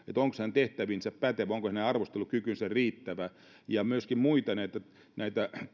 onko hän tehtäviinsä pätevä onko hänen arvostelukykynsä riittävä ja myöskin näitä